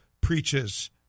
preaches